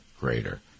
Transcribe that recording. greater